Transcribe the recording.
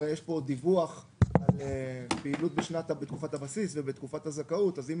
הרי יש פה דיווח על פעילות בתקופת הבסיס ובתקופת הזכאות אז אם